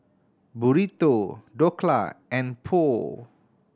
Burrito Dhokla and Pho